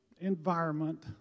environment